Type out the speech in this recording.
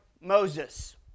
Moses